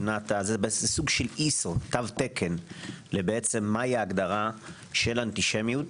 זה סוג של תו תקן למהי ההגדרה של אנטישמיות,